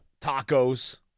tacos